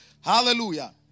Hallelujah